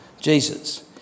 Jesus